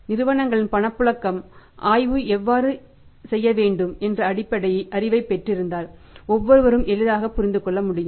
நிறுவனங்களின் பணப்புழக்கம் ஆய்வு எவ்வாறு செய்ய வேண்டும் என்ற அடிப்படை அறிவைப் பெற்றிருந்தால் ஒவ்வொருவரும் எளிதாக புரிந்து கொள்ள முடியும்